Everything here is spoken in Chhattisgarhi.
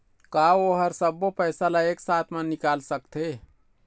का ओ हर सब्बो पैसा ला एक साथ म निकल सकथे?